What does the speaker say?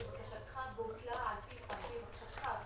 בקשתך בוטלה על פי בקשתך,